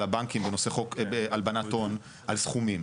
הבנקים בנושא חוק הלבנת הון על סכומים.